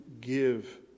give